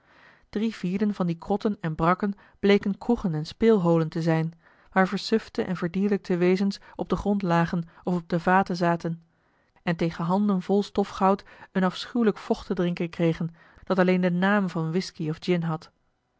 drie vierden van die krotten en brakken bleken kroegen en speelholen te zijn waar versufte en verdierlijkte wezens op den grond lagen of op de vaten zaten en tegen handen vol stofgoud een afschuwelijk vocht te drinken kregen dat alleen den naam van whisky of gin had